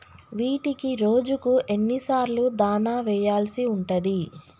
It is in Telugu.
వీటికి రోజుకు ఎన్ని సార్లు దాణా వెయ్యాల్సి ఉంటది?